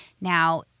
Now